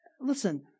listen